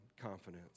confidence